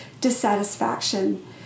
dissatisfaction